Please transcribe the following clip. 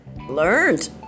learned